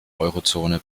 eurozone